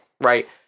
right